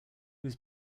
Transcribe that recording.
was